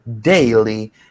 daily